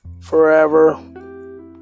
forever